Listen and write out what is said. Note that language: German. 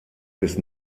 bis